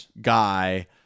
guy